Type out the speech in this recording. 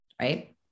right